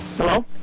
Hello